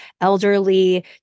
elderly